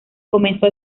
comenzó